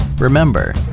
Remember